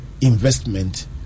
investment